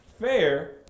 fair